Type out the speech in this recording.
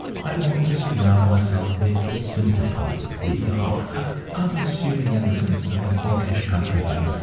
i want to surround myself with the simple comforts, the ah unassuming elegance of an english country home.